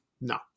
no